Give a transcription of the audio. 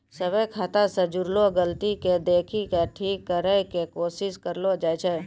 सभ्भे खाता से जुड़लो गलती के देखि के ठीक करै के कोशिश करलो जाय छै